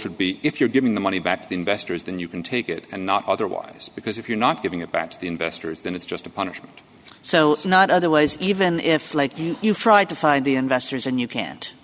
should be if you're giving the money back to the investors then you can take it and not otherwise because if you're not giving it back to the investors then it's just a punishment so not otherwise even if like you you try to find the investors and you can't